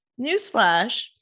newsflash